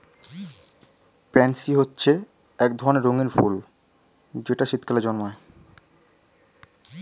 pansy হচ্ছে এক ধরনের রঙিন ফুল যেটা শীতকালে জন্মায়